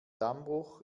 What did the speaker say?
dammbruch